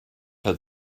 had